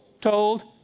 told